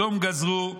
צום גזרו".